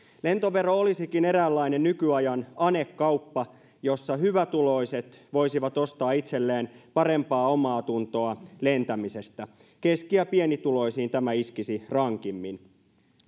lentovero olisikin eräänlainen nykyajan anekauppa jossa hyvätuloiset voisivat ostaa itselleen parempaa omaatuntoa lentämisestä keski ja pienituloisiin tämä iskisi rankimmin